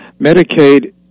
Medicaid